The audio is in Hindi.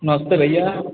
नमस्ते भैया